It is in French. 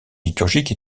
liturgique